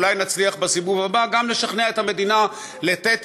אולי נצליח בסיבוב הבא גם לשכנע את המדינה לתת